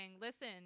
Listen